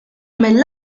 mill